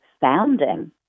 founding